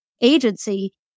agency